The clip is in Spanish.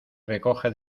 recoge